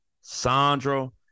Sandro